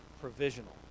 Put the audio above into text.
provisional